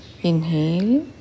Inhale